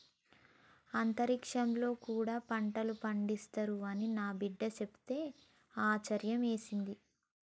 అంతరిక్షంలో కూడా పంటలు పండిస్తారు అని నా బిడ్డ చెప్తే ఆశ్యర్యమేసింది